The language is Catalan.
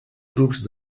grups